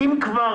אם כבר